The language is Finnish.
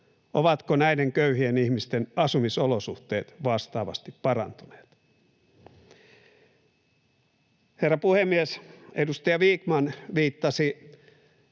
Ovatko näiden köyhien ihmisten asumisolosuhteet vastaavasti parantuneet? Herra puhemies! Edustaja Vikman viittasi